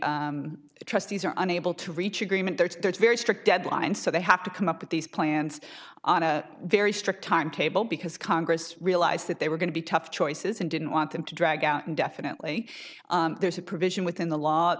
the trustees are unable to reach agreement there's a very strict deadline so they have to come up with these plans on a very strict timetable because congress realized that they were going to be tough choices and didn't want them to drag out indefinitely there's a provision within the law